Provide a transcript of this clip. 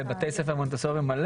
בתי ספר מלא.